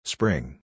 Spring